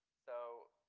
so,